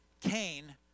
Cain